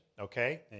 Okay